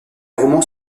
romans